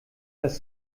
das